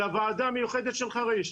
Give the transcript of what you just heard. על הוועדה המיוחדת של חריש.